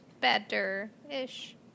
better-ish